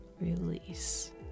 release